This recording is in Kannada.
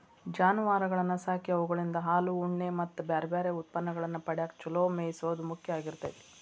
ಜಾನುವಾರಗಳನ್ನ ಸಾಕಿ ಅವುಗಳಿಂದ ಹಾಲು, ಉಣ್ಣೆ ಮತ್ತ್ ಬ್ಯಾರ್ಬ್ಯಾರೇ ಉತ್ಪನ್ನಗಳನ್ನ ಪಡ್ಯಾಕ ಚೊಲೋ ಮೇಯಿಸೋದು ಮುಖ್ಯ ಆಗಿರ್ತೇತಿ